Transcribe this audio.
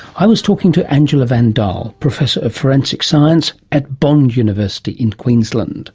i was talking to angela van daal, professor of forensic science at bond university in queensland